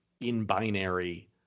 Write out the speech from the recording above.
in-binary